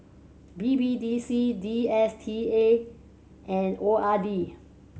B B D C D S T A and O R D